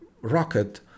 rocket